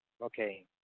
Okay